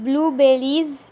blue berries